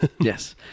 Yes